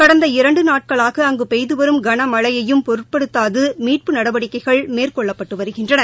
கடந்த இரண்டு நாட்களாக அங்கு பெய்து வரும் கனமழையையும் பொருட்படுத்தாது மீட்பு நடவடிக்கைகள் மேற்கொள்ளப்பட்டு வருகின்றன